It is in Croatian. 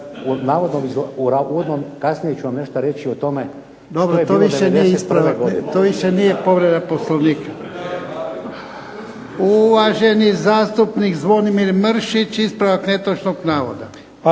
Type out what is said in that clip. Uvaženi zastupnik Zvonimir Mršić ispravak netočnog navoda.